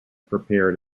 prepared